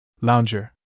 Lounger